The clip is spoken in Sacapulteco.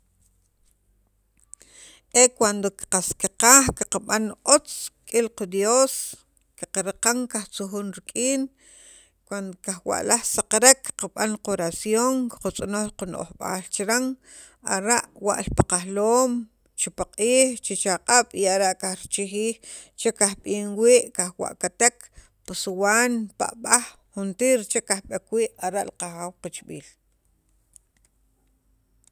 cuando qas qakaj kakab'an li otz rik'in qa Dios qaqraqan qaj tzujun rik'in cuando kajwa'laj kisaqarek qab'an qoración qatzonoj qano'jb'al chiran ara' wa'l pi qajloom che paq'iij che chaq'ab' y ara' kajrichijij che kajb'in wii' kajwa'katek pi suwan, pab'aj juntir che kajb'eek wii' ara' li qajaaw qichb'iil.